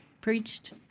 preached